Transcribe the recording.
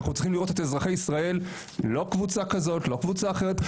אנו צריכים לראות את אזרחי ישראל - לא קבוצה כזו או אחרת,